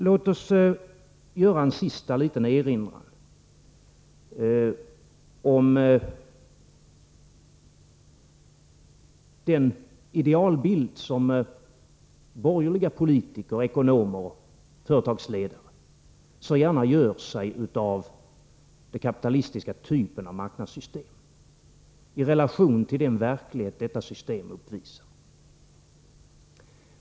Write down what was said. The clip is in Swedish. Låt oss göra en sista liten erinran om den idealbild som borgerliga politiker, ekonomer och företagsledare så gärna gör sig av den kapitalistiska typen av marknadssystem i relation till den verklighet som detta system uppvisar.